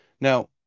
Now